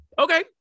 Okay